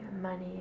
money